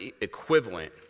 equivalent